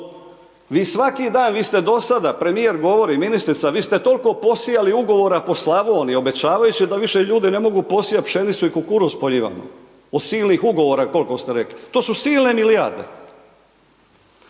vi svaki dan, vi ste do sada, premijer govori, ministrica, vi ste toliko posijali ugovora po Slavoniji, obećavajući da više ljudi ne mogu posijati pšenicu i kukuruz po njivama od silnih ugovora koliko ste rekli, to su silne milijarde.